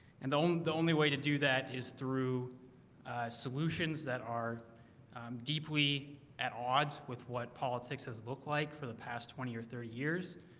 and the only the only way to do that is through solutions that are deeply at odds with what politics has look like for the past twenty or thirty years.